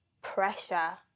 pressure